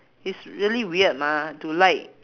it's really weird mah to like